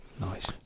nice